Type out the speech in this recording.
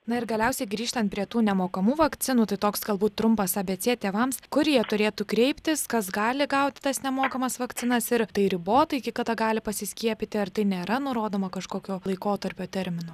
na ir galiausiai grįžtant prie tų nemokamų vakcinų tai toks galbūt trumpas abc tėvams kur jie turėtų kreiptis kas gali gauti tas nemokamas vakcinas ir tai ribota iki kada gali pasiskiepyti ar tai nėra nurodoma kažkokio laikotarpio terminu